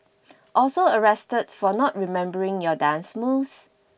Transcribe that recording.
also arrested for not remembering your dance moves